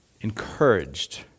encouraged